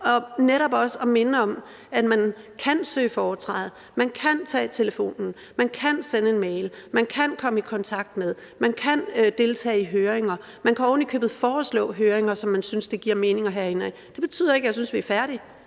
med netop at minde om, at man kan søge foretræde, at man kan tage telefonen, at man kan sende en mail, at man kan komme i kontakt med os, at man kan deltage i høringer, og at man oven i købet kan foreslå høringer, som man synes det giver mening at have herinde. Det betyder ikke, at jeg synes, vi er færdige;